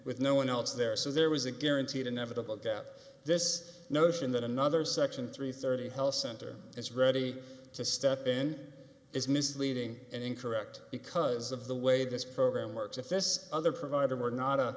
with no one else there so there was a guaranteed inevitable gap this notion that another section three thirty how center is ready to step in is misleading and incorrect because of the way this program works if this other provider were not